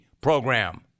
program